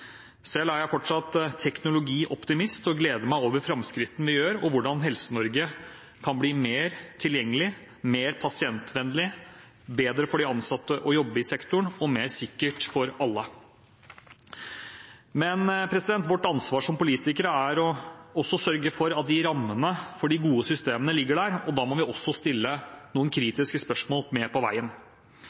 Selv er jeg fortsatt teknologioptimist og gleder meg over framskrittene vi gjør, og over hvordan Helse-Norge kan bli mer tilgjengelig, mer pasientvennlig, bedre for de ansatte som jobber i sektoren, og sikrere for alle. Vårt ansvar som politikere er å sørge for at rammene for de gode systemene ligger der, og da må vi stille noen kritiske spørsmål. En ny måte å organisere helse- og omsorgstjenestene på